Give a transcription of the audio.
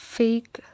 fake